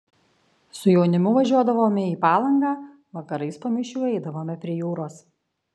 su jaunimu važiuodavome į palangą vakarais po mišių eidavome prie jūros